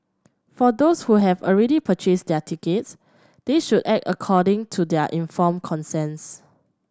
for those who have already purchased their tickets they should act according to their informed conscience